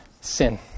sin